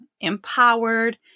empowered